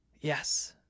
Yes